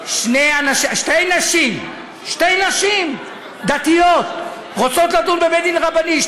שתי נשים דתיות רוצות לדון בבית-דין רבני.